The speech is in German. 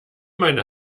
meine